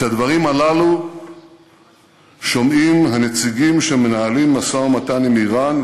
את הדברים הללו שומעים הנציגים שמנהלים משא-ומתן עם איראן,